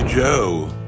Joe